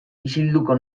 isilduko